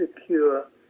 secure